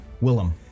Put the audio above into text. Willem